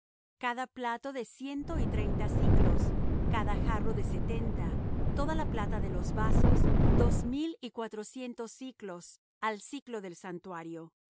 cada plato de ciento y treinta siclos cada jarro de setenta toda la plata de los vasos dos mil y cuatrocientos siclos al siclo del santuario